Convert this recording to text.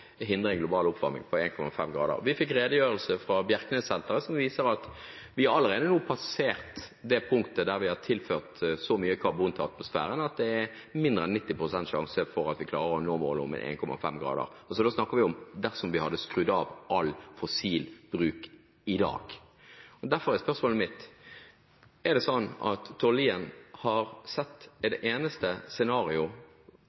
global oppvarming på 1,5 grader. Vi fikk en redegjørelse fra Bjerknessenteret som viser at vi allerede nå har passert det punktet der vi har tilført så mye karbon til atmosfæren at det er mindre enn 90 pst. sjanse for at vi klarer å nå målet om 1,5 grader – da snakker vi om dersom vi hadde skrudd av all fossil bruk i dag. Derfor er spørsmålet mitt: Er det sånn at Tord Lien har sett